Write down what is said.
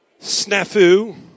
snafu